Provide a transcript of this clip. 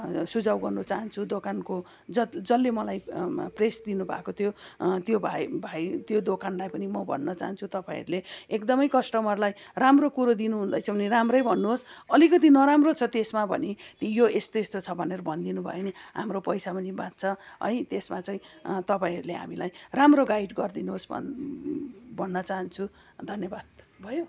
सुझाउ गर्नु चाहन्छु दोकानको जति जसले मलाई प्रेस दिनु भएको थियो त्यो भाइ भाइ त्यो दोकानलाई पनि म भन्न चाहन्छु तपाईँहरूले एकदमै कस्टमरलाई राम्रो कुरो दिनु हुँदैछ भने राम्रै भन्नुहोस् अलिकति नराम्रो छ त्यसमा भने यो यस्तो यस्तो छ भनेर भनिदिनु भयो भने हाम्रो पैसा पनि बाँच्छ है त्यसमा चाहिँ तपाईँहरूले हामीलाई राम्रो गाइड गरिदिनुहोस् भन् भन्न चाहन्छु धन्यवाद भयो